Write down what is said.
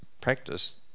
practice